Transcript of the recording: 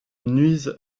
nuisent